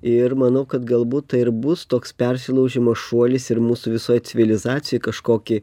ir manau kad galbūt tai ir bus toks persilaužimo šuolis ir mūsų visoj civilizacijoj kažkokį